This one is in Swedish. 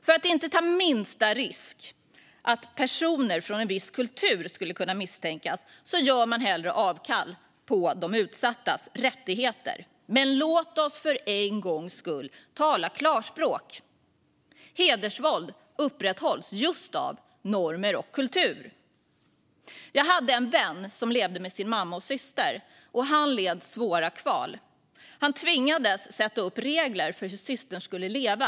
För att inte ta minsta risk att personer från en viss kultur skulle kunna misstänkas gör man hellre avkall på de utsattas rättigheter. Men låt oss för en gångs skull tala klarspråk. Hedersvåld upprätthålls just av normer och kultur. Jag hade en vän som levde med sin mamma och syster, och han led svåra kval. Han tvingades sätta upp regler för hur systern skulle leva.